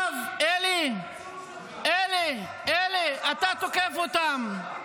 עכשיו, אלי, אלי, אלי, אתה תוקף אותם.